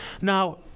Now